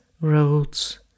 roads